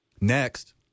Next